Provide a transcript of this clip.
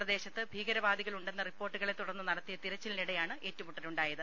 പ്രദേ ശത്ത് ഭീകർവാദികളുണ്ടെന്ന റിപ്പോർട്ടുകളെ തുടർന്ന് നടത്തിയ തിരച്ചിലിനിടെയാണ് ഏറ്റുമുട്ടലുണ്ടായത്